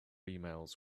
emails